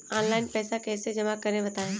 Online पैसा कैसे जमा करें बताएँ?